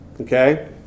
Okay